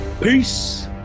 Peace